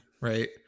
right